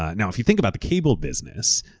now, if you think about the cable business,